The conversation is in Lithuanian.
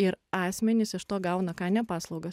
ir asmenys iš to gauna ką ne paslaugas